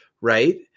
right